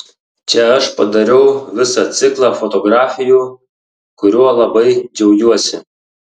čia aš padariau visą ciklą fotografijų kuriuo labai džiaugiuosi